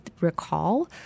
recall